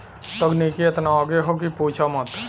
तकनीकी एतना आगे हौ कि पूछा मत